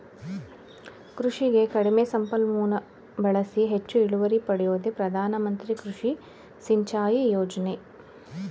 ಕೃಷಿಗೆ ಕಡಿಮೆ ಸಂಪನ್ಮೂಲನ ಬಳ್ಸಿ ಹೆಚ್ಚು ಇಳುವರಿ ಪಡ್ಯೋದೇ ಪ್ರಧಾನಮಂತ್ರಿ ಕೃಷಿ ಸಿಂಚಾಯಿ ಯೋಜ್ನೆ